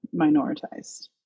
minoritized